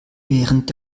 während